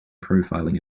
profiling